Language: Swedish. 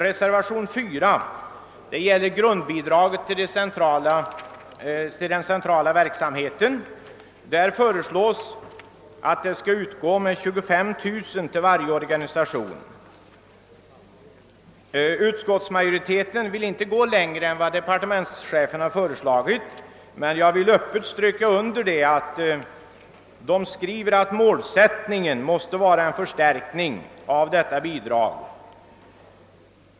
Reservation 4 gäller förslaget att grundbidraget till den centrala verksamheten skall utgå med 25000 kronor till varje organisation. Utskottsmajoriteten vill inte gå längre än vad departementschefen har föreslagit men skriver att målsättningen måste vara en förstärkning av detta bidrag.